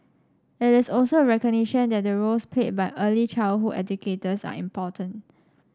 it is also a recognition that the roles played by early childhood educators are important